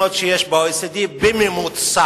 מהמצב בהרבה מדינות שיש ב-OECD, בממוצע.